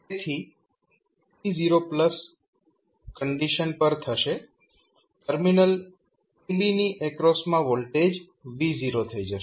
તેથી તે t0 condition પર થશે ટર્મિનલ ab ની એક્રોસ મા વોલ્ટેજ V0થઈ જશે